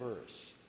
verse